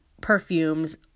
perfumes